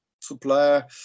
supplier